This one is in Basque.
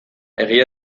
egia